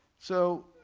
so